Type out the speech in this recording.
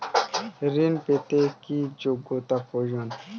ঋণ পেতে কি যোগ্যতা প্রয়োজন?